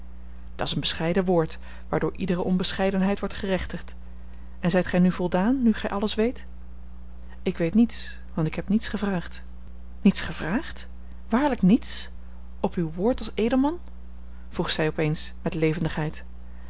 dat's een bescheiden woord waardoor iedere onbescheidenheid wordt gerechtigd en zijt gij nu voldaan nu gij alles weet ik weet niets want ik heb niets gevraagd niets gevraagd waarlijk niets op uw woord als edelman vroeg zij op eens met levendigheid